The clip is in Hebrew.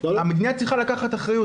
המדינה צריכה לקחת אחריות.